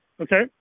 Okay